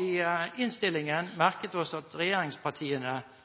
I innstillingen har vi merket oss at regjeringspartiene